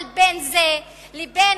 אבל בין זה לבין